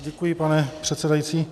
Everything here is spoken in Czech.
Děkuji, pane předsedající.